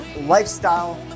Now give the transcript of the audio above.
Lifestyle